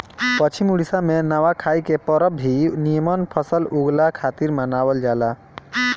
पश्चिम ओडिसा में नवाखाई के परब भी निमन फसल उगला खातिर मनावल जाला